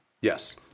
Yes